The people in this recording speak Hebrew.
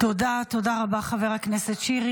תודה, תודה רבה, חבר הכנסת שירי.